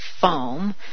foam